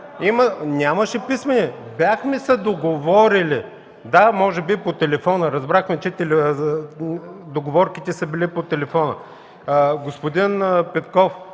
от ГЕРБ.) „Бяхме се договорили!” Да, може би по телефона, разбрахме, че договорките са били по телефона. Господин Петков,